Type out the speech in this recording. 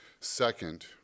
Second